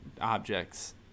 objects